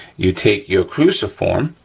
you take your cruciform,